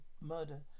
murder